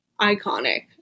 Iconic